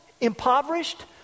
impoverished